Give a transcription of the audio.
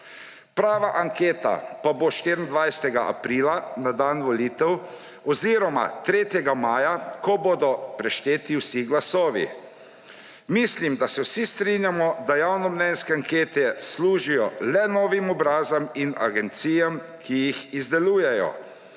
Prava anketa pa bo 24. aprila, na dan volitev oziroma 3. maja, ko bodo prešteti vsi glasovi. Mislim, da se vsi strinjamo, da javnomnenjske ankete služijo le novim obrazom in agencijam, ki jih izdelujejo,